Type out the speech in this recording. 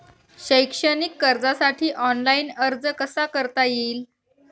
शैक्षणिक कर्जासाठी ऑनलाईन अर्ज कसा करता येईल?